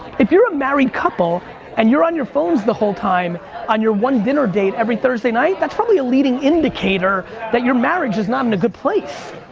if you're a married couple and you're on your phones the whole time on your one dinner date every thursday night, that's probably a leading indicator that you're marriage is not in a good place.